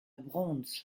broons